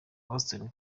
ashton